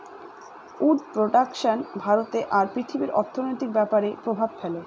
would production ভারতে আর পৃথিবীর অর্থনৈতিক ব্যাপরে প্রভাব ফেলে